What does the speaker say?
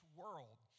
world